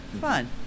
fun